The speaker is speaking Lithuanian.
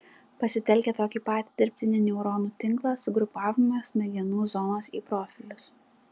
pasitelkę tokį patį dirbtinį neuronų tinklą sugrupavome smegenų zonas į profilius